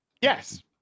Yes